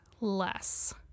less